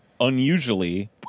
Unusually